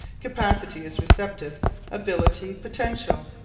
capacity is receptive ability, potential.